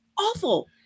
awful